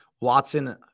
Watson